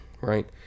right